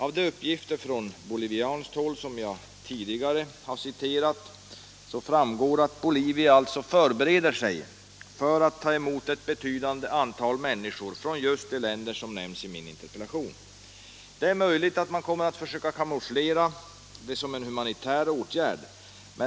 Av de uppgifter från bolivianskt håll som jag tidigare citerat framgår att Bolivia förbereder sig på att ta emot ett betydande antal människor från just de länder som nämns i min interpellation. Det är möjligt att man kommer att försöka kamouflera det som en humanitär åtgärd.